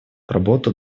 работу